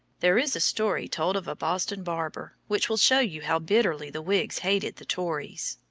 there is a story told of a boston barber, which will show you how bitterly the whigs hated the tories.